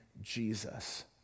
Jesus